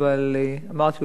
אבל אמרתי,